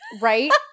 Right